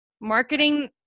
Marketing